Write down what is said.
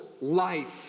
life